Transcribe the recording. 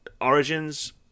Origins